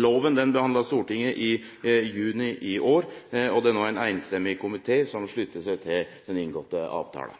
Loven behandla Stortinget i juni i år. Det er no ein samrøystes komité som sluttar seg til den